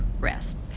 rest